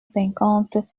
cinquante